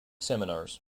seminars